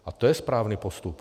A to je správný postup.